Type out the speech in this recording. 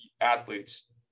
athletes